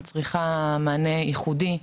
מצריכה מענה ייחודי.